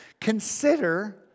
Consider